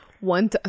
One